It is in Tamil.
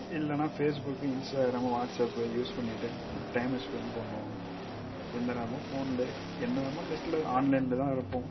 இல்லைனா ஃபேஸ்புக் இன்ஸ்டாகிராம் வாட்ஸப் யூஸ் பண்ணிட்டு டைமை ஸ்பெண்ட் பண்ணுவோம் எந்த நேரமும் ஃபோன்லே எந்த நேரமும் நெட்ல ஆன்லைன்லதான் இருப்போம்